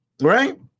Right